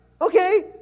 Okay